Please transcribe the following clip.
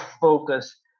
focus